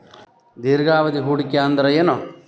ದೀರ್ಘಾವಧಿ ಹೂಡಿಕೆ ಅಂದ್ರ ಏನು?